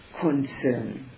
concern